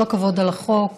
כל הכבוד על החוק.